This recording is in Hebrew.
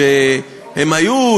שהם היו,